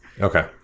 Okay